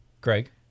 Greg